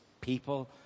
people